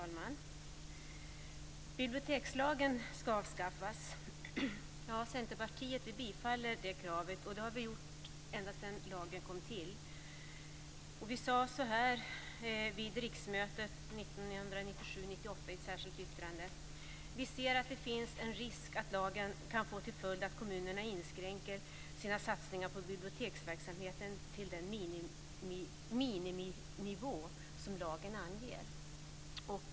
Fru talman! Bibliotekslagen ska avskaffas! Centerpartiet tillstyrker det kravet och har så gjort ända sedan lagen kom till. Vid riksmötet 1997/98 sade vi så här i ett särskilt yttrande: Vi ser att det finns en risk att lagen kan få till följd att kommunerna inskränker sina satsningar på biblioteksverksamheten till den miniminivå som lagen anger.